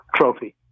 trophy